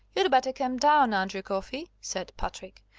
you'd better come down, andrew coffey, said patrick.